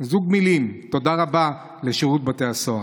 זוג מילים: תודה רבה לשירות בתי הסוהר.